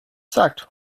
sagt